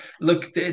look